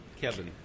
Kevin